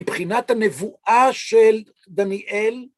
מבחינת הנבואה של דניאל,